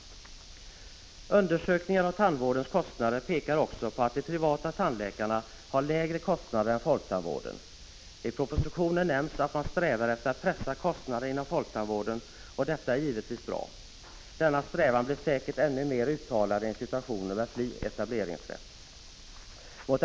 Undersökningar av tandvårdens kostnader pekar också på att de privata tandläkarna har lägre kostnader än folktandvården. I propositionen nämns att man strävar efter att pressa kostnaderna inom folktandvården, och detta är givetvis bra. Denna strävan blir säkert ännu mer uttalad i en situation med fri etableringsrätt.